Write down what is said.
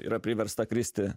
yra priversta kristi